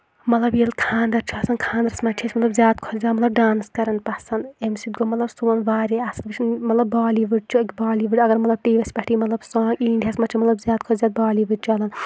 مطلب ییٚلہِ خاندَر چھُ آسان خاندرَس منٛز چھِ أسۍ مطلب زیادٕ کھۄتہٕ زیادٕ مطلب ڈانٕس کَرَان پَسَنٛد اَمہِ سۭتۍ گوٚو مطلب سون واریاہ اَصٕل وٕچھُن مطلب بالی وُڈ چھُ بالی وُڈ اَگَر مطلب ٹی وی یَس پٮ۪ٹھٕے مطلب سانٛگ اِنڈیاہَس منٛز چھِ مطلب زیادٕ کھۄتہٕ زیادٕ بالی وُڈ چَلَان